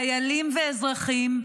חיילים ואזרחים,